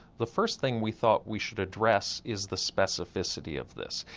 the first thing we thought we should address is the specificity of this,